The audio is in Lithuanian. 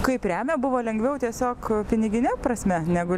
kaip remia buvo lengviau tiesiog pinigine prasme negu